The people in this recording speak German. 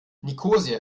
nikosia